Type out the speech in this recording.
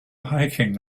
hiking